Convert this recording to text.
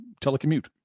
telecommute